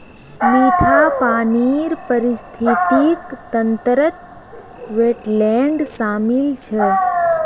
मीठा पानीर पारिस्थितिक तंत्रत वेट्लैन्ड शामिल छ